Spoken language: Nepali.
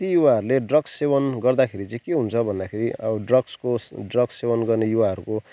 ती युवाहरूले ड्रग्स सेवन गर्दाखेरि चाहिँ के हुन्छ भन्दाखेरि अब ड्रग्सको ड्रग्स सेवन गर्ने युवाहरूको